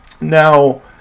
Now